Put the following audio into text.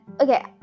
okay